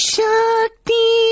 Shakti